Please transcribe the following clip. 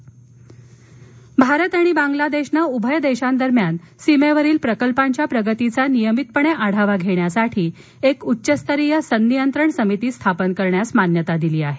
भारत बांग्लादेश भारत आणि बांग्लादेशनं उभय देशांदरम्यान सीमेवरील प्रकल्पांच्या प्रगतीचा नियमितपणे आढावा घेण्यासाठी एक उच्च स्तरीय संनियंत्रण समिती स्थापन करण्यास मान्यता दिली आहे